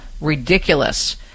ridiculous